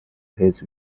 his